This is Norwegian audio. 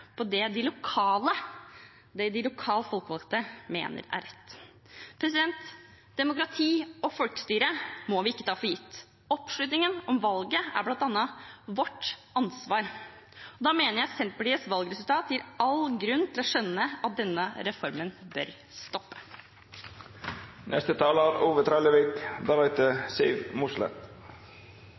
i det de lokale – de lokalt folkevalgte – mener er rett. Demokrati og folkestyre må vi ikke ta for gitt. Oppslutningen om valget er bl.a. vårt ansvar, og da mener jeg Senterpartiets valgresultat gir all grunn til å skjønne at denne reformen bør